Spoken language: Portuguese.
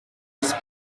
esse